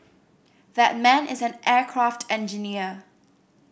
that man is an aircraft engineer